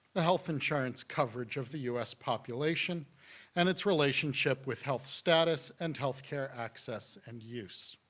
the health insurance coverage of the u s. population and its relationship with health status and healthcare access and use.